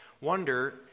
wonder